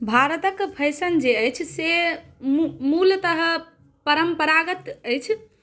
भारतक फैशन जे अछि से मुलतः परम्परागत अछि